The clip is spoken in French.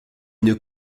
une